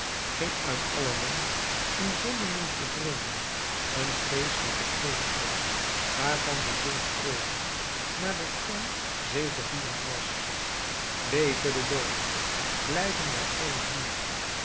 ging uit aller mond een zonderling tevreden een vreeselijke kreet op waarvan de zin treurig maar de toon zegevierend was leve de dood blijven wij allen hier